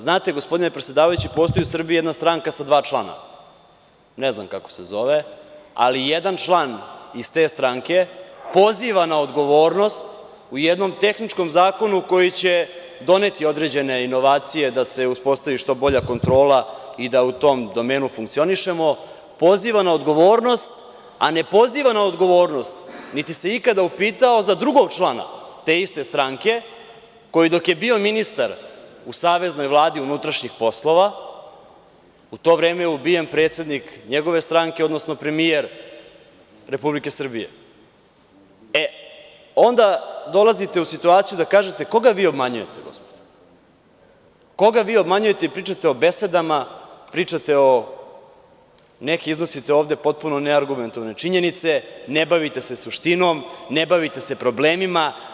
Znate gospodine predsedavajući, postoji u Srbiji jedna stranka sa dva člana, ne znam kako se zove, ali jedan član iz te stranke poziva na odgovornost u jednom tehničkom zakonu koji će doneti određene inovacije da se uspostavi što bolja kontrola i da u tom domenu funkcionišemo, poziva na odgovornost, a ne poziva na odgovornost niti se ikada upitao za drugog člana te iste stranke koji dok je bio ministar u saveznoj vladi unutrašnjih poslova, u to vreme je ubijen predsednik njegove stranke, odnosno premijer Republike Srbije, onda dolazite u situaciju da kažete – koga vi obmanjujete, koga vi obmanjujete i pričate o besedama, iznosite ovde neke potpuno neargumentovane činjenice, ne bavite se suštinom, ne bavite se problemima?